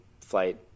flight